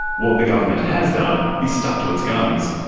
what the government has done is stuck to its guns.